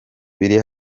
biri